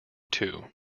two